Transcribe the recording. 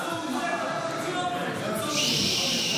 ששש.